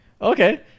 Okay